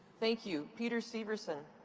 thank you. peter severson.